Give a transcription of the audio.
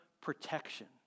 protection